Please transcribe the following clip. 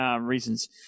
reasons